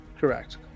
Correct